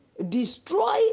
Destroy